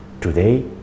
today